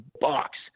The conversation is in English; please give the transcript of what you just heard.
box